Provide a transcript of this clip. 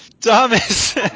Thomas